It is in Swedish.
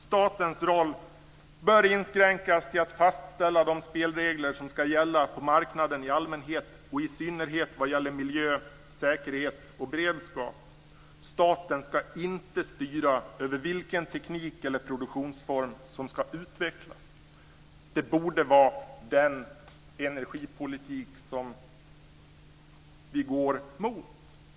Statens roll bör inskränkas till att fastställa de spelregler som ska gälla på marknaden i allmänhet och i synnerhet vad gäller miljö, säkerhet och beredskap. Staten ska inte styra över vilken teknik eller produktionsform som ska utvecklas. Det här borde vara den energipolitik som vi går mot.